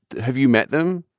have you met them?